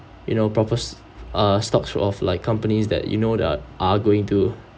you know proper~ uh stocks of like companies that you know there are going to